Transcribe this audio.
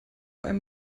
einem